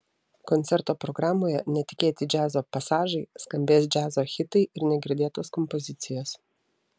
koncerto programoje netikėti džiazo pasažai skambės džiazo hitai ir negirdėtos kompozicijos